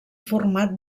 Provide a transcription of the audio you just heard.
format